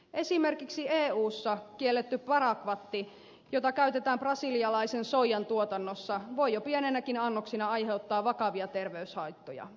esimerkiksi eussa kielletty parakvatti jota käytetään brasilialaisen soijan tuotannossa voi jo pieninäkin annoksina aiheuttaa vakavia terveyshaittoja